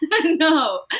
No